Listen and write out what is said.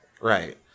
Right